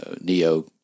Neo